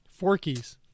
Forkies